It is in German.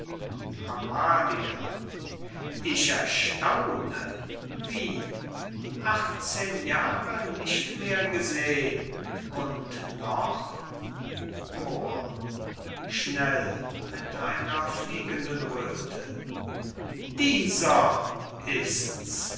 amalia ich erstaune wie achtzehn jahre nicht mehr geseh'n und noch moor schnell mit einer fliegenden röthe dieser ist's